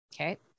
Okay